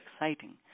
exciting